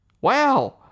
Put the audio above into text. Wow